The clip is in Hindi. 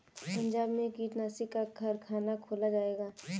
पंजाब में कीटनाशी का कारख़ाना खोला जाएगा